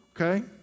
okay